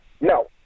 No